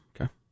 Okay